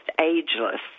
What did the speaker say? ageless